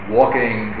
walking